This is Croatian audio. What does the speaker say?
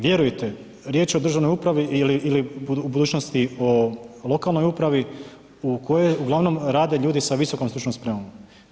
Vjerujete, riječ o državnoj upravi ili u budućnosti o lokalnoj upravi u kojoj uglavnom rade ljudi sa visokom stručnom spremom.